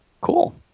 cool